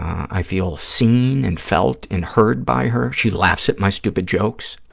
i feel seen and felt and heard by her. she laughs at my stupid jokes